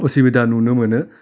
असुबिदा नुनो मोनो